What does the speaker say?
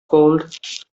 gold